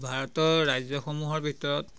ভাৰতৰ ৰাজ্যসমূহৰ ভিতৰত